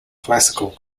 classical